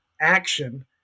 action